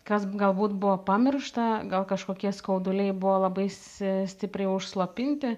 kas galbūt buvo pamiršta gal kažkokie skauduliai buvo labai sė stipriai užslopinti